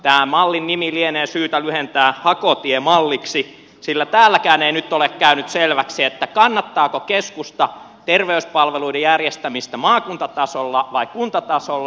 tämä mallin nimi lienee syytä lyhentää hakotiemalliksi sillä täälläkään ei nyt ole käynyt selväksi kannattaako keskusta terveyspalveluiden järjestämistä maakuntatasolla vai kuntatasolla